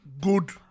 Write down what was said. good